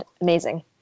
amazing